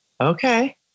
Okay